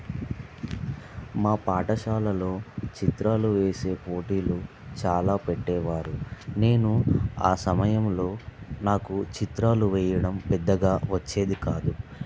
మా పాఠశాలలో చిత్రాలు వేసే పోటీలు చాలా పెట్టేవారు నేను ఆ సమయంలో నాకు చిత్రాలు వేయడం పెద్దగా వచ్చేది కాదు